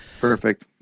Perfect